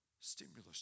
stimulus